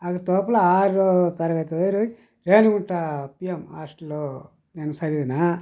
అక్కడి తోపుల ఆరవ తరగతి వేరే రేణిగుంట పిఎం హాస్టల్లో నేను చదివినా